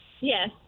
Yes